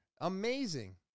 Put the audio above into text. Amazing